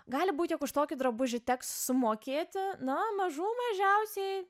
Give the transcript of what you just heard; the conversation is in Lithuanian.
gali būt jog už tokį drabužį teks sumokėti na mažų mažiausiai